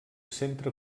centre